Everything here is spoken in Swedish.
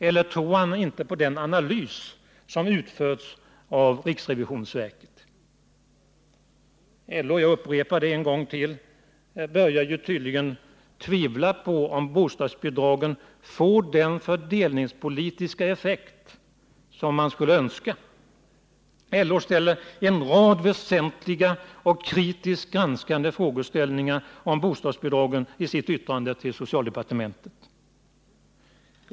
Eller tror han inte på den analys som utförts av riksrevisionsverket? LO börjar tydligen — jag upprepar det ännu en gång — tvivla på att bostadsbidragen får den fördelningspolitiska effekt som man skulle önska. LO ställer en rad väsentliga och kritiskt granskande frågor om bostadsbidragen i sitt yttrande till socialdepartementet.